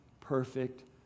perfect